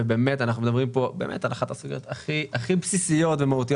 ואנחנו מדברים פה על אחת הסוגיות הכי בסיסיות ומהותיות